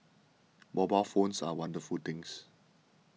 mobile phones are wonderful things